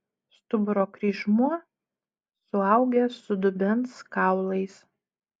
stuburo kryžmuo suaugęs su dubens kaulais